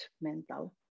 mental